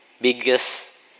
biggest